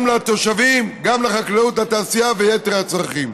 גם לתושבים, גם לחקלאות ולתעשייה וליתר הצרכים.